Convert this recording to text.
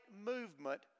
movement